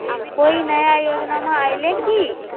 कोइ नया योजनामा आइले की?